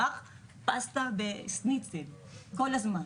רק פסטה ושניצל כל הזמן,